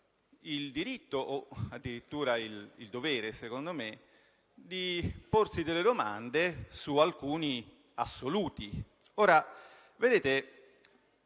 il diritto o addirittura il dovere, secondo me, di porsi delle domande su alcuni assoluti.